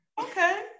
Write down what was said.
Okay